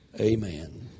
Amen